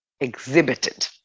exhibited